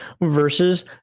versus